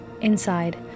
Inside